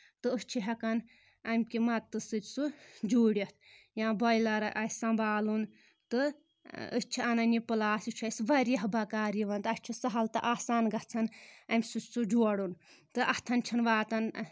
تہٕ أسۍ چھِ ہؠکان امہِ کہِ مَدتہٕ سۭتۍ سُہ جوٗڑِتھ یا بویلَر آسہِ سَمبالُن تہٕ أسۍ چھِ اَنان یہِ پٕلاس یہِ چھُ اَسہِ واریاہ بکار یِوان تہٕ اَسہِ چھُ سہل تہٕ آسان گژھان اَمہِ سۭتۍ سُہ جوڑُن تہٕ اَتھن چھنہٕ واتان